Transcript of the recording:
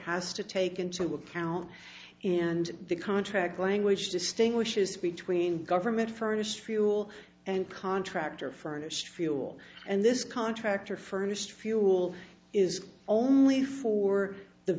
has to take into account and the contract language distinguishes between government furnished rule and contractor furnished fuel and this contractor furnished fuel is only for the